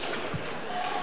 אדוני היושב-ראש,